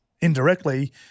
indirectly